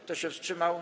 Kto się wstrzymał?